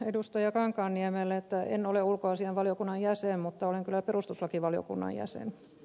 kankaanniemelle että en ole ulkoasiainvaliokunnan jäsen mutta olen kyllä perustuslakivaliokunnan jäsen